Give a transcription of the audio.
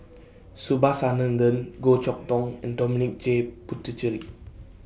Subhas Anandan Goh Chok Tong and Dominic J Puthucheary